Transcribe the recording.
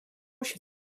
się